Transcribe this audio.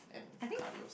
I think